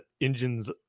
engines